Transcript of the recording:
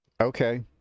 Okay